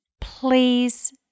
Please